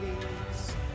please